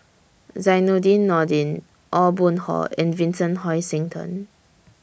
Zainudin Nordin Aw Boon Haw and Vincent Hoisington